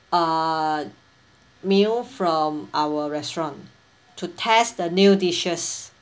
uh meal from our restaurant to test the new dishes